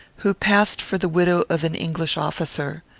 who passed for the widow of an english officer.